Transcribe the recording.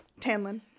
Tanlin